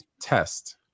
test